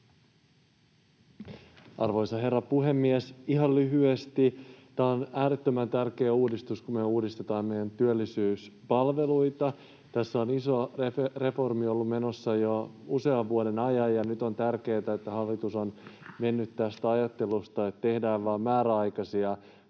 Arvoisa herra puhemies! Ihan lyhyesti: Tämä on äärettömän tärkeä uudistus, kun uudistetaan meidän työllisyyspalveluita. Tässä on iso reformi ollut menossa jo usean vuoden ajan, ja nyt on tärkeätä, että hallitus on mennyt tästä ajattelusta, että tehdään vain määräaikaisia kokeiluja,